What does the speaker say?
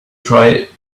try